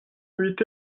nuit